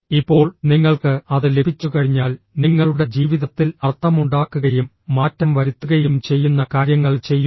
ഇപ്പോൾ നിങ്ങൾക്ക് അത് ലഭിച്ചുകഴിഞ്ഞാൽ നിങ്ങളുടെ ജീവിതത്തിൽ അർത്ഥമുണ്ടാക്കുകയും മാറ്റം വരുത്തുകയും ചെയ്യുന്ന കാര്യങ്ങൾ ചെയ്യുക